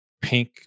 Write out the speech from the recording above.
pink